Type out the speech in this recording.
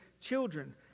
Children